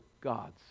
gods